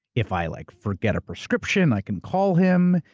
if i like forget a prescription, i can call him.